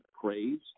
praise